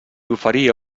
oferia